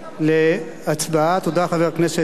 תודה, חבר הכנסת אילטוב.